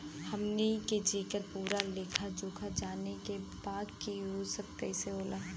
हमनी के जेकर पूरा लेखा जोखा जाने के बा की ई सब कैसे होला?